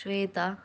శ్వేత